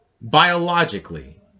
biologically